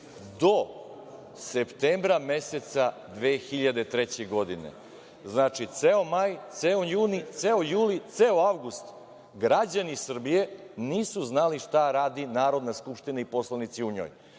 do septembra meseca 2003. godine. Znači, ceo maj, ceo juni, ceo juli, ceo avgust građani Srbije nisu znali šta radi Narodna skupština i poslanici u njoj.